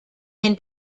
can